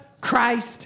Christ